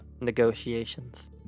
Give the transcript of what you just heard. negotiations